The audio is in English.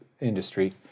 industry